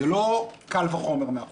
זה לא קל וחומר.